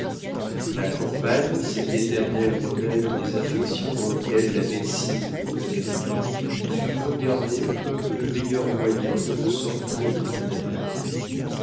la campagne cet éternel remède des affections auxquelles la médecine ne connaît rien fut regardée comme le meilleur moyen de me sortir de mon apathie